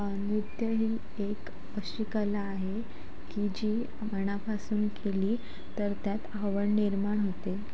नृत्य ही एक अशी कला आहे की जी मनापासून केली तर त्यात आवड निर्माण होते